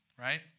right